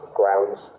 grounds